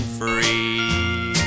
free